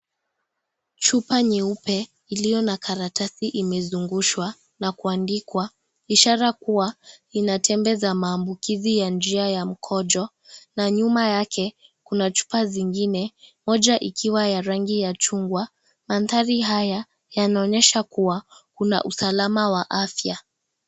Chupa nyeupe iliyo na karatasi imezungushwa na kuandikwa, ishara kuwa inatembeza maambukizi ya njia ya mkojo na nyuma yake kuna chupa zingine, moja ikiwa na rangi ya chungwa mandhari haya yanaoonyesha kuwa kuna usalama wa afya.